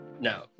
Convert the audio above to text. no